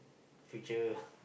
future